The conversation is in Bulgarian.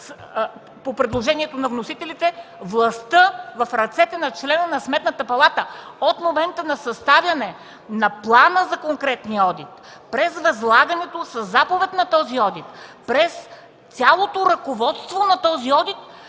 по предложението на вносителите, властта в ръцете на члена на Сметната палата от момента на съставяне на плана за конкретния одит, през възлагането със заповед на този одит, през цялото ръководство на този одит,